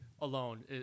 alone